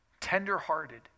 tenderhearted